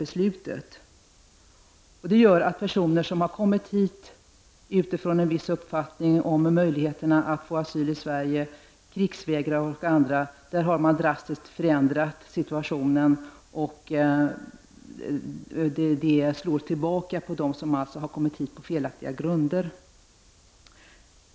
Detta innebär att situationen drastiskt har förändrats för personer som har kommit hit utifrån en viss uppfattning om möjligheterna att få asyl i Sverige, såsom krigsvägrare och andra. Beslutet slår alltså tillbaka på dem som kommit hit på felaktiga grunder.